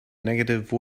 negative